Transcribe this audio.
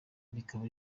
rikaba